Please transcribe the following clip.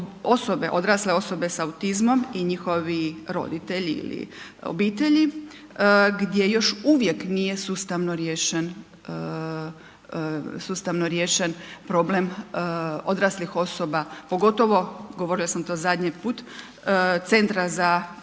odrasle sa autizmom i njihovi roditelji ili obitelji gdje još uvijek nije sustavno riješen problem odraslih osoba pogotovo, govorila sam to zadnji put, Centra za autizam